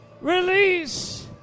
release